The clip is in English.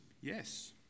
Yes